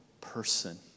person